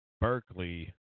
Berkeley